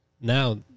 now